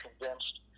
convinced